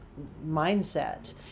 mindset